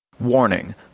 Warning